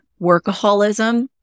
workaholism